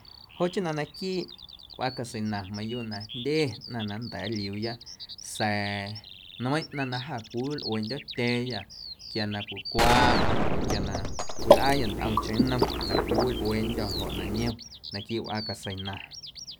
Joꞌ chii na naquiiꞌ wꞌaa caseina mayuuꞌ na jndye ꞌnaⁿ na nnda̱a̱ nliuuya sa̱a̱ nmeiⁿꞌ ꞌnaⁿ jâ cwiwilꞌueeꞌndyo̱tya̱a̱yâ quia na cwicwaaꞌa oo quia na cwilꞌaaya ntꞌomcheⁿ nnom na cwiwilꞌueeꞌndyô̱ ljoꞌ na niom naquiiꞌ wꞌaa caseina.